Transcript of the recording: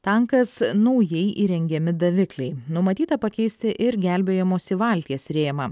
tankas naujai įrengiami davikliai numatyta pakeisti ir gelbėjimosi valties rėmą